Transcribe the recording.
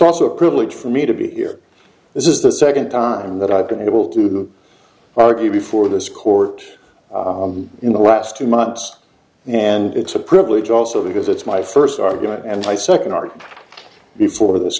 also a privilege for me to be here this is the second time that i've been able to argue before this court in the last two months and it's a privilege also because it's my first argument and i second argue before this